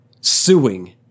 suing